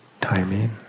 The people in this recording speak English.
timing